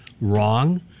wrong